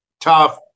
tough